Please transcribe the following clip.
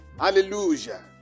Hallelujah